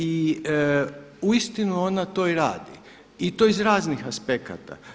I uistinu ona to i radi, i to iz raznih aspekata.